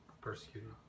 persecuted